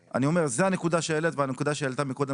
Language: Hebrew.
הנקודה שהעלית והנקודה שהועלתה קודם